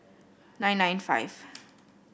nine nine five